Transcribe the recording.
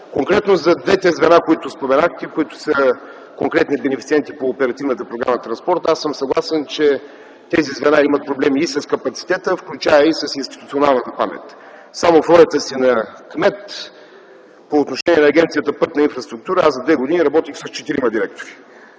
Конкретно за двете звена, които споменахте, които са конкретни бенефициенти по Оперативна програма „Транспорт”. Аз съм съгласен, че тези звена имат проблеми и с капацитета, включая и с институционалната памет. Само в ролята си на кмет по отношение на Агенция „Пътна инфраструктура” за две години работих с четирима директори.